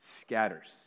scatters